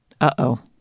Uh-oh